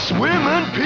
Swimming